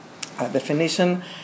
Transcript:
definition